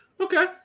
Okay